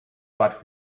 but